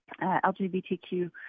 LGBTQ